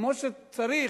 כמו שצריך,